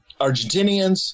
Argentinians